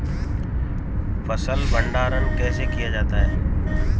फ़सल भंडारण कैसे किया जाता है?